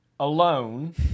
Alone